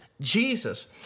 Jesus